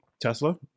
Tesla